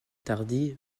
tardy